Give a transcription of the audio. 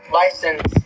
license